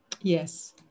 yes